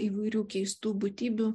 įvairių keistų būtybių